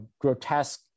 grotesque